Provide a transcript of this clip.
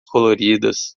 coloridas